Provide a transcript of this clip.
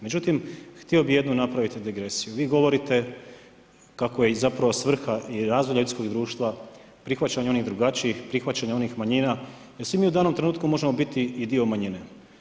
Međutim, htio bi jednu napraviti degresiju, vi govorite, kako je zapravo svrha i razvoja ljudskog društva, prihvaćanje onih drugačijih, prihvaćanje onih manjina, jer svi mi u danom trenutku, možemo biti i dio manjine.